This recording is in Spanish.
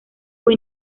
fue